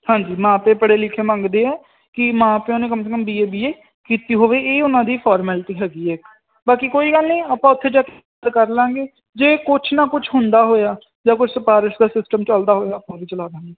ਹਾਂਜੀ ਮਾਂ ਪੇਓ ਪੜੇ ਲਿਖੇ ਮੰਗਦੇ ਆ ਕਿ ਮਾਂ ਪਿਓ ਨੇ ਕਮ ਸੇ ਕਮ ਬੀਏ ਬੀਏ ਕੀਤੀ ਹੋਵੇ ਇਹ ਉਹਨਾਂ ਦੀ ਫੋਰਮੈਲਟੀ ਹੈਗੀ ਹੈ ਬਾਕੀ ਕੋਈ ਗੱਲ ਨਹੀਂ ਆਪਾਂ ਉੱਥੇ ਜਾ ਕਰ ਲਾਂਗੇ ਜੇ ਕੁਛ ਨਾ ਕੁਛ ਹੁੰਦਾ ਹੋਇਆ ਜਾਂ ਕੋਈ ਸਿਫਾਰਿਸ਼ ਦਾ ਸਿਸਟਮ ਚਲਦਾ ਹੋਇਆ ਵੀ ਚਲਾਦਾਗੇ